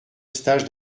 stage